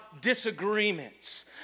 disagreements